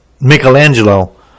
Michelangelo